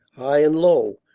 high and low,